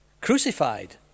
crucified